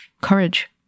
courage